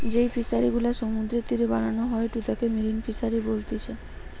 যেই ফিশারি গুলা সমুদ্রের তীরে বানানো হয়ঢু তাকে মেরিন ফিসারী বলতিচ্ছে